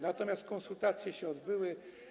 Natomiast konsultacje się odbyły.